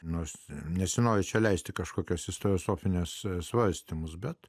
nors nesinori čia leisti kažkokios istoriosofinius svarstymus bet